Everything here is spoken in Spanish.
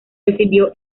recibió